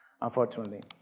unfortunately